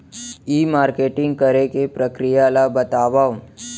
ई marketing करे के प्रक्रिया ला बतावव?